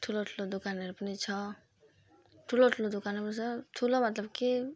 ठुलो ठुलो दोकानहरू पनि छ ठुलो ठुलो दोकानहरू पनि छ ठुलो मतलब के